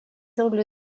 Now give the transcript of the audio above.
angles